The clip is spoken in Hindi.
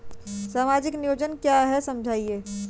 सामाजिक नियोजन क्या है समझाइए?